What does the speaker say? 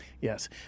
yes